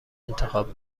انتخاب